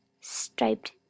Striped